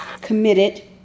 committed